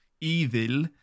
evil